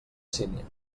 sínia